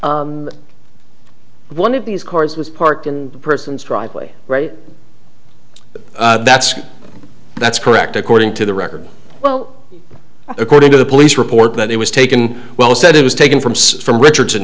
say one of these cards was parked in the person's driveway right that's that's correct according to the record well according to the police report that it was taken well said it was taken from the richardson